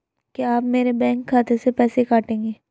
क्या आप मेरे बैंक खाते से पैसे काटेंगे?